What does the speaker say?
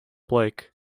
blake